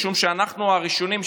משום שאנחנו הראשונים,